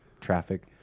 traffic